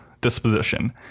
disposition